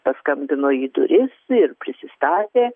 paskambino į duris ir prisistatė